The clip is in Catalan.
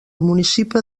municipi